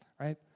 Right